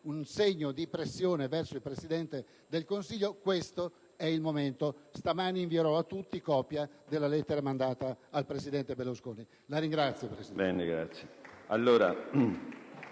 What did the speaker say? un segno di pressione verso il Presidente del Consiglio, questo è il momento. Stamani invierò a tutti copia della lettera inviata al presidente Berlusconi. *(Applausi del